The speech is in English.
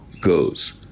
goes